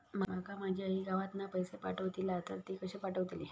माका माझी आई गावातना पैसे पाठवतीला तर ती कशी पाठवतली?